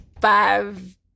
five